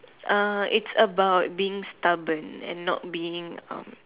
uh it's about being stubborn and not being um